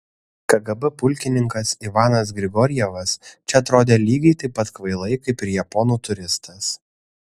kgb pulkininkas ivanas grigorjevas čia atrodė lygiai taip pat kvailai kaip ir japonų turistas